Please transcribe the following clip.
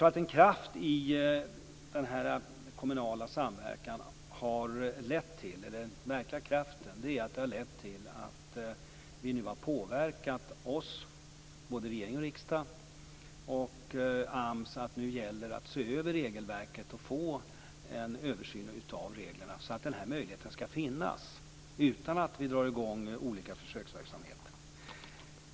Den verkliga kraften i den kommunala samverkan har lett till att både regering och riksdag har påverkats. Nu gäller det att se över regelverket och få en översyn av reglerna, så att denna möjlighet skall finnas utan att behöva dra i gång olika försöksverksamheter.